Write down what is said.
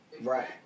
Right